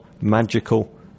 magical